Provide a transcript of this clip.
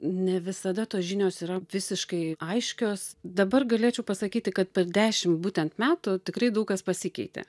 ne visada tos žinios yra visiškai aiškios dabar galėčiau pasakyti kad per dešim būtent metų tikrai daug kas pasikeitė